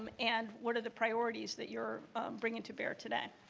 um and what are the priorities that you're bringing to bear today?